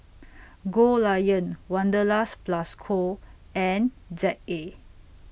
Goldlion Wanderlust Plus Co and Z A